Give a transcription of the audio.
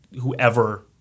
whoever –